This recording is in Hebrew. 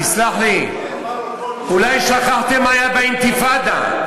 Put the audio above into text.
תסלח לי, אולי שכחתם מה היה באינתיפאדה,